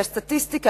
הסטטיסטיקה,